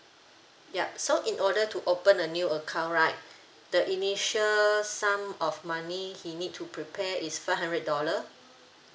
yup so in order to open a new account right the initial sum of money he need to prepare is five hundred dollar